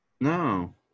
No